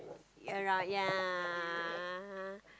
around ya